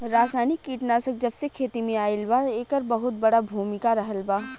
रासायनिक कीटनाशक जबसे खेती में आईल बा येकर बहुत बड़ा भूमिका रहलबा